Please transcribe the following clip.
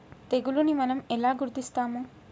తెగులుని మనం ఎలా గుర్తిస్తాము?